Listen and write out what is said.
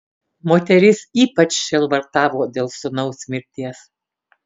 moteris ypač sielvartavo dėl sūnaus mirties